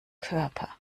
körper